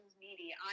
needy